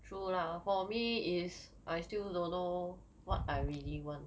true lah for me is I still don't know what I really want